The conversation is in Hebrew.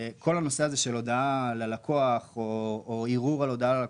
כל הנושא הזה של הודעה ללקוח או ערעור על הודעה ללקוח,